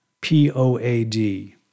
P-O-A-D